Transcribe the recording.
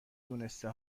دونسته